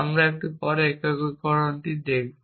আমরা একটু পরে একীকরণটি দেখব